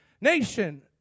Nation